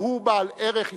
והוא בעל ערך היסטורי.